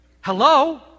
Hello